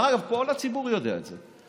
דרך אגב, כל הציבור יודע את זה.